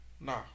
Nah